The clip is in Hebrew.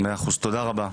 תודה רבה.